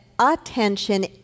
attention